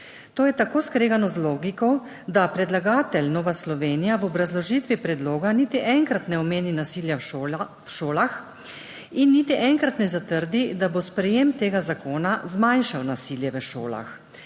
To je tako skregano z logiko, da predlagatelj, Nova Slovenija, v obrazložitvi predloga niti enkrat ne omeni nasilja šolah in niti enkrat ne zatrdi, da bo sprejetje tega zakona zmanjšalo nasilje v šolah.